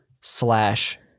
slash